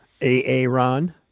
aaron